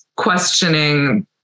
questioning